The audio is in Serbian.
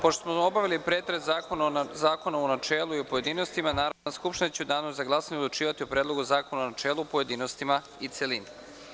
Pošto smo obavili pretres zakona u načelu i u pojedinostima, Narodna skupština će u danu za glasanje odlučivati o Predlogu zakona u načelu, pojedinostima i celini.